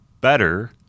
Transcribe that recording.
better